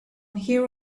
here